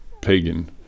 pagan